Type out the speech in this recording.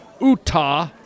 utah